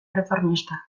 erreformista